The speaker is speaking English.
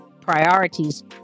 priorities